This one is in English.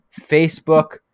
Facebook